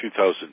2,000